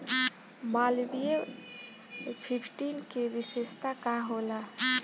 Malviya fifteen के विशेषता का होला?